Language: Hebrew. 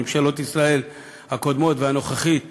ממשלות ישראל הקודמות, והנוכחית במיוחד,